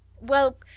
Well